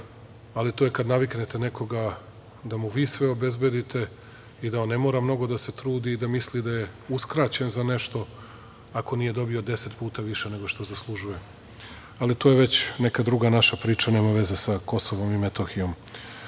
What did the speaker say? ali to je kada naviknete nekoga da mu vi sve obezbedite i da on ne mora mnogo da se trudi, i da misli da je uskraćen za nešto ako nije dobio deset puta više nego što zaslužuje. Ali to je već neka druga priča, nema veze sa KiM.Što